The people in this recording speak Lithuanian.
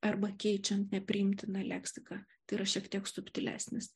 arba keičiant nepriimtiną leksiką yra šiek tiek subtilesnis